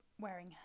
wearing